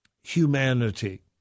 humanity